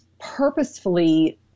purposefully